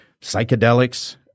psychedelics